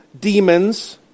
demons